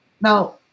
Now